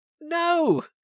No